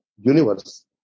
universe